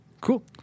cool